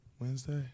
Wednesday